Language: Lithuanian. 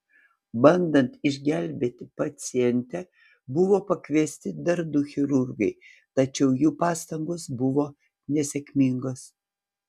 bandant išgelbėti pacientę buvo pakviesti dar du chirurgai tačiau jų pastangos buvo nesėkmingos